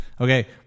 Okay